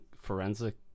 forensic